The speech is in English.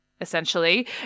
essentially